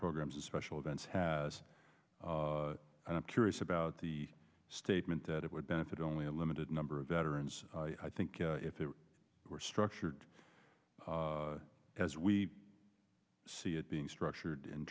programs a special events has and i'm curious about the statement that it would benefit only a limited number of veterans i think if it were structured as we see it being structured in